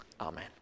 Amen